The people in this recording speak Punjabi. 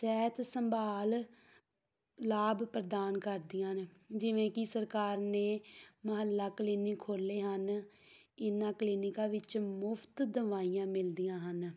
ਸਿਹਤ ਸੰਭਾਲ ਲਾਭ ਪ੍ਰਦਾਨ ਕਰਦੀਆਂ ਨੇ ਜਿਵੇਂ ਕਿ ਸਰਕਾਰ ਨੇ ਮੁਹੱਲਾ ਕਲੀਨਿਕ ਖੋਲ੍ਹੇ ਹਨ ਇਹਨਾਂ ਕਲੀਨਿਕਾਂ ਵਿੱਚ ਮੁਫਤ ਦਵਾਈਆਂ ਮਿਲਦੀਆਂ ਹਨ